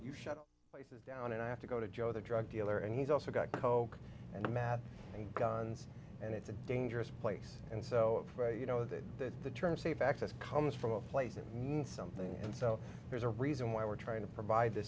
shut down and i have to go to joe the drug dealer and he's also got coke and matt and guns and it's a dangerous place and so you know that the term safe access comes from a place that means something and so there's a reason why we're trying to provide